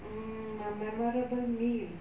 mm my memorable meal